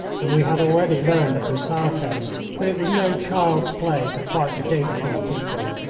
and we had already learned at busaco that it was no child's play to fight against these people.